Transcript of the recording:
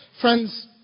Friends